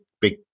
big